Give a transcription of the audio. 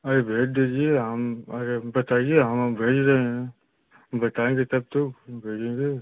अरे भेज दीजिए हम अरे बताइए हाँ भेज रहे हैं बताएँगे तब तो भेजेंगे